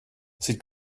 sieht